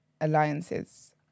alliances